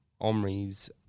Omri's